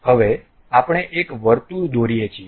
હવે આપણે એક વર્તુળ દોરીએ છીએ